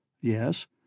Yes